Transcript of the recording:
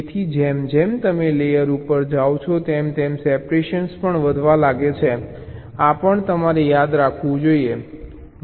તેથી જેમ જેમ તમે લેયર ઉપર જાઓ છો તેમ તેમ સેપરેશન પણ વધવા લાગે છે આ પણ તમારે યાદ રાખવું જોઈએ